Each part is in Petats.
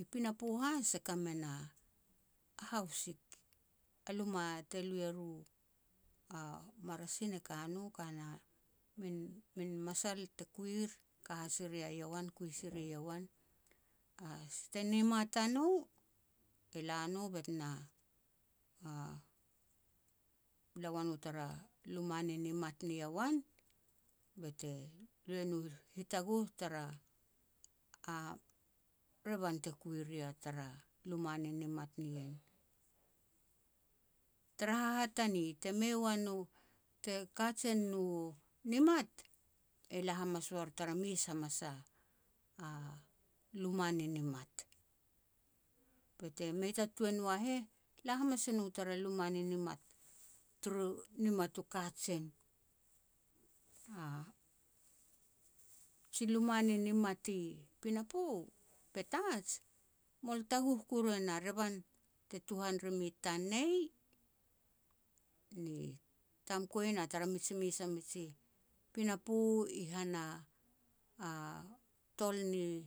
I pinapo has e ka me na a haus sik, a luma te lui e ru u marasin e ka no, ka na min masal i te kiur ka sia yowan, kui si ri yowan. Si ne nimat a no, e la no bet na, la ua no tara luma ni nimat ni yowan, bete lui e no hitaguh tara a revan te kui ria tara luma ni nimat nien. Tara hahatane, te mei ua nou, te kajen ua nou u nimat, e la hamas war tara mes a masal a luma ni nimat. Bete mei a tuan ua heh, la hamas si no tara luma ni nimat turu nimat u kajen. Ji luma ni nimat i pinapo, Petats, mol taguh kuru e na revan te tuhan rim i Tanei, ni Tamkoi, na tara miji mes a miji pinapo in han a-a tol ni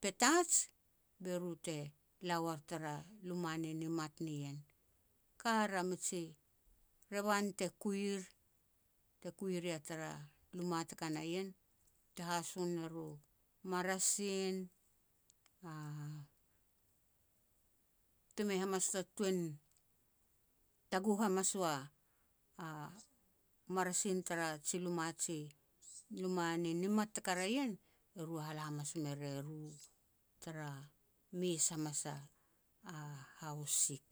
Petats, be ru te la uar tara luma ni nimat nien. Kar a miji revan te kuir, te kui ria tara luma ni nimat te ka na ien, te haso ner u marasin. Te mei hamas ta tuan taguh hamas ua a marasin tara ji luma-ji luma ni nimat te ka ria ien, ne ru hala hamas me re ru tara mes hamas a-a haus sik.